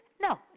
No